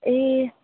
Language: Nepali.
ए